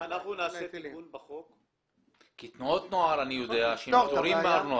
אם אנחנו נעשה תיקון בחוק --- אני יודע שתנועות נוער פטורות מארנונה.